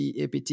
APT